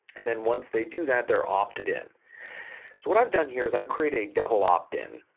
and then, once they do that, they're opted-in. so what i've done here is i've created a double opt-in.